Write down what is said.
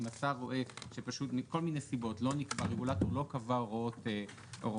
אם השר רואה שפשוט מכל מיני סיבות הרגולטור לא קבע הוראות מאסדר,